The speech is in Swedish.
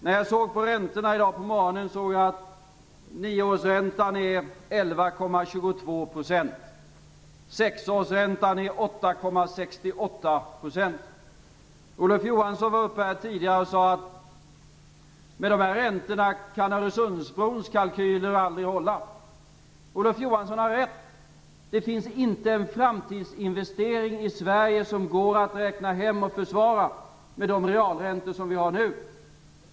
När jag såg på räntorna i dag på morgonen, såg jag att nioårsräntan är 11,22 % och sexårsräntan 8,68 %. Olof Johansson var uppe här tidigare och sade att med de här räntorna kan Öresundsbrons kalkyler aldrig hålla. Olof Johansson har rätt. Det finns inte en framtidsinvestering i Sverige som går att räkna hem och försvara med de realräntor som vi har nu.